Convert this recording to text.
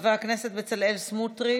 חבר הכנסת בצלאל סמוטריץ'